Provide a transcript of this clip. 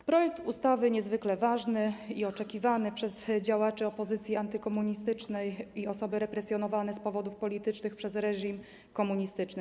To projekt ustawy niezwykle ważny i oczekiwany przez działaczy opozycji antykomunistycznej i osoby represjonowane z powodów politycznych przez reżim komunistyczny.